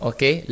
Okay